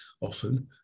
often